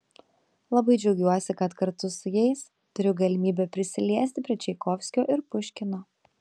labai džiaugiuosi kad kartu su jais turiu galimybę prisiliesti prie čaikovskio ir puškino